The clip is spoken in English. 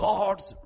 God's